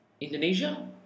Indonesia